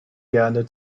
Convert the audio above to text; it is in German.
gerne